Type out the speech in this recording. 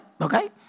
Okay